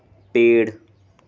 पेड़